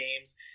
games